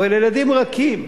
וילדים רכים,